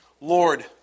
Lord